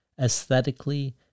Aesthetically